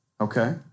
Okay